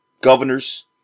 governors